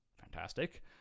fantastic